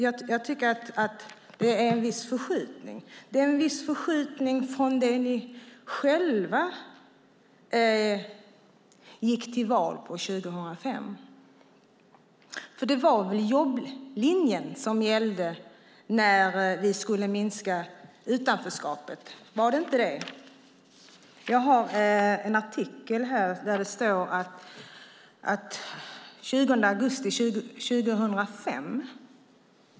Jag tycker att det är en viss förskjutning. Det är en viss förskjutning från det ni själva gick till val på 2006. Det var väl jobblinjen som gällde när vi skulle minska utanförskapet, var det inte det? Jag har här en artikel från den 20 augusti 2005.